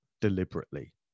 deliberately